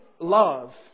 love